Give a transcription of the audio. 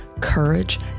courage